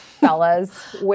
fellas